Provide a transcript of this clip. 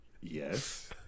Yes